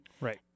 right